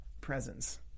presence